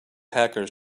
hackers